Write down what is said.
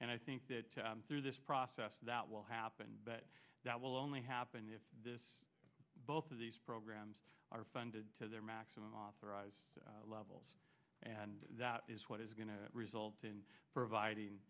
and i think that through this process that will happen but that will only happen if this both of these programs are funded to their maximum authorized levels and that is what is going to result in providing